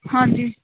ਹਾਂਜੀ